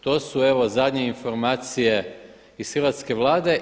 To su evo zadnje informacije iz hrvatske Vlade.